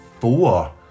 four